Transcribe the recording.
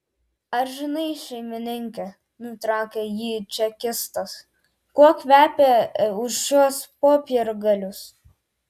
ar žinai šeimininke nutraukė jį čekistas kuo kvepia už šiuos popiergalius